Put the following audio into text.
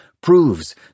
proves